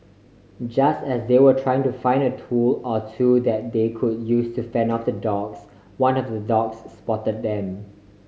just as they were trying to find a tool or two that they could use to fend off the dogs one of the dogs spot them